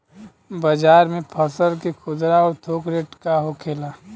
बाजार में फसल के खुदरा और थोक रेट का होखेला?